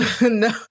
no